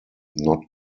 not